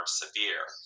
severe